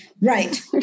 Right